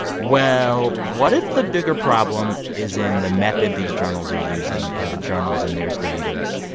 well, what if the bigger problem is in the method these journals are using and the journals and their standards,